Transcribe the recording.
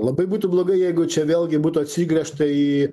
labai būtų blogai jeigu čia vėlgi būtų atsigręžta į